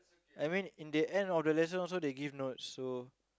I mean in the end of the lesson also they give notes so